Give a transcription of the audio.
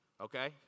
Okay